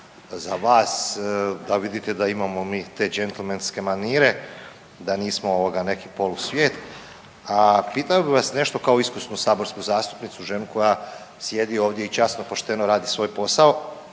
za vas da vidite da imamo mi te džentlmenske manire, da nismo ovoga neki polusvijet. A pitao bi vas nešto kao iskusnu saborsku zastupnicu, ženu koja sjedi ovdje i časno pošteno radi svoj posao,